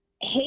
hey